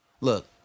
Look